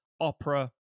opera